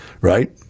Right